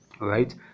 right